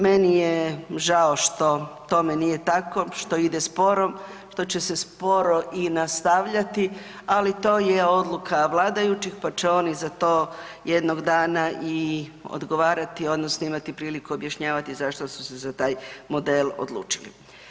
Meni je žao što tome nije tako, što ide sporo, što će se sporo i nastavljati, ali to je odluka vladajućih, pa će oni za to jednog dana i odgovarati odnosno imati priliku objašnjavati zašto su se za taj model odlučili.